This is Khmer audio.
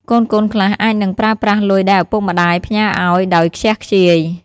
កូនៗខ្លះអាចនឹងប្រើប្រាស់លុយដែលឪពុកម្តាយផ្ញើឱ្យ ដោយខ្ជះខ្ជាយ។